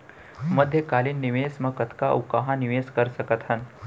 मध्यकालीन निवेश म कतना अऊ कहाँ निवेश कर सकत हन?